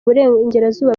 burengerazuba